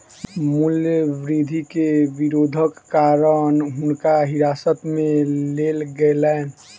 मूल्य वृद्धि के विरोधक कारण हुनका हिरासत में लेल गेलैन